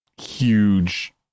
huge